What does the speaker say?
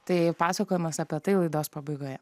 tai pasakojimas apie tai laidos pabaigoje